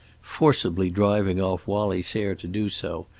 forcibly driving off wallie sayre to do so,